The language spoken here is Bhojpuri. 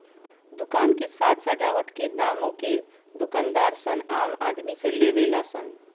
दुकान के साज सजावट के दामो के दूकानदार सन आम आदमी से लेवे ला सन